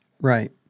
right